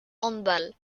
handball